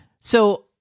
So-